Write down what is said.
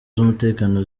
z’umutekano